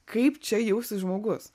kaip čia jausis žmogus